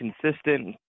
consistent